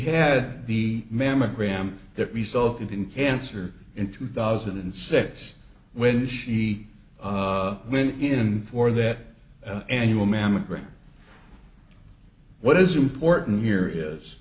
had the mammogram that resulted in cancer in two thousand and six when she went in for that annual mammogram what is important here